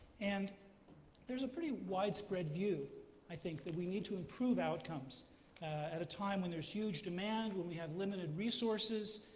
and there's a pretty widespread view i think that we need to improve outcomes at a time when there's huge demand, when we have limited resources,